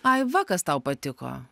ai va kas tau patiko